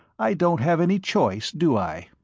i don't have any choice, do i?